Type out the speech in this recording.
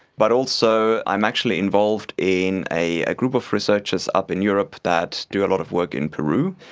but also i am actually involved in a group of researchers up in europe that do a lot of work in peru,